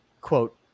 quote